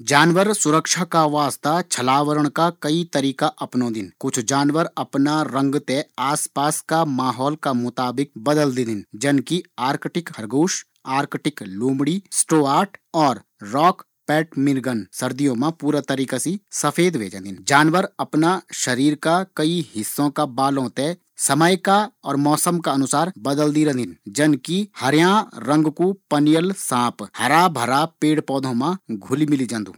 जानवर सुरक्षा का वास्ता छलावण का कई तरीका अपनोदिन, कुछ जानवर अपना आस पास का वातावरण का हिसाब सी अपणु रंग बदलदिन जन कि अर्कटीक खरगोश, लोमड़ी, सर्दियों मा पूरा तरीका सी सफ़ेद ह्वे जादिन।